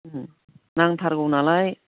ओं नांथारगौ नालाय